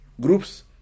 groups